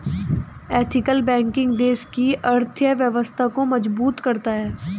ethical banking देश की अर्थव्यवस्था को मजबूत करता है